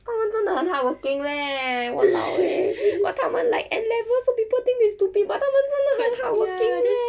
他们真的很 hardworking leh !walao! eh but 他们 like N level so people think they stupid but 他们真的很 hardworking eh